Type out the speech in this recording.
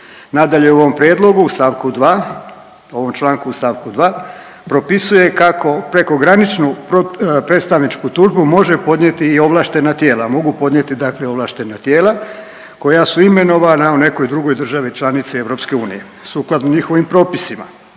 Nadalje, u ovom prijedlogu u st. 2., u ovom članku u st. 2. propisuje kako prekograničnu predstavničku tužbu može podnijeti i ovlaštena tijela, mogu podnijeti dakle ovlaštena tijela koja su imenovana u nekoj drugoj državi članici EU sukladno njihovim propisima.